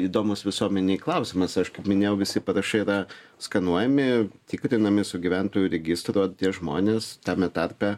įdomus visuomenei klausimas aš kaip minėjau visi parašai yra skanuojami tikrinami su gyventojų registro tie žmonės tame tarpe